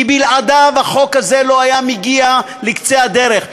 כי בלעדיו החוק הזה לא היה מגיע לקצה הדרך.